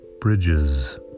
bridges